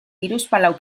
hiruzpalau